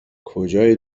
کجای